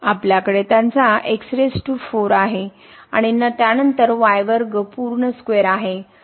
आपल्याकडे त्यांचा आहे आणि त्यानंतर पूर्ण स्क्वेअर आहे